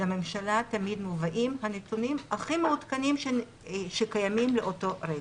לממשלה תמיד מובאים הנתונים הכי מעודכנים שקיימים לאותו רגע.